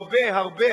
הרבה,